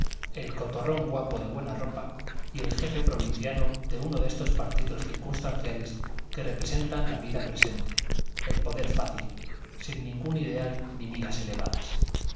el cotorrón guapo de buena ropa y el jefe provinciano de uno de estos partidos circunstanciales que representan la vida presente el poder fácil sin ningún ideal ni miras elevadas